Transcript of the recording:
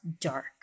dark